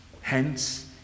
Hence